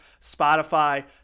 spotify